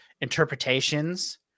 interpretations